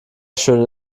schöne